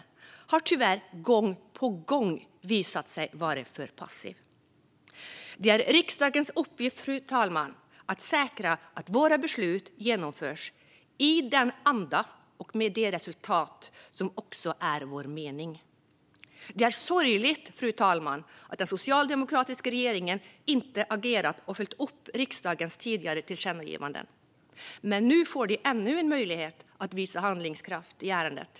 Man har tyvärr gång på gång visat sig vara för passiv. Det är riksdagens uppgift, fru talman, att säkra att våra beslut genomförs i den anda och med det resultat som också är vår mening. Det är sorgligt, fru talman, att den socialdemokratiska regeringen inte har agerat och följt upp riksdagens tidigare tillkännagivanden. Men nu får de ännu en möjlighet att visa handlingskraft i ärendet.